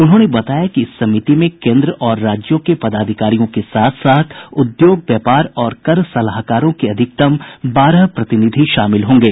उन्होंने बताया कि इस समिति में केन्द्र और राज्यों के पदाधिकारियों के साथ उद्योग व्यापार और कर सलाहकारों के अधिकतम बारह प्रतिनिधि शामिल होंगे